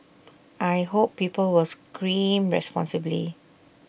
I hope people will scream responsibly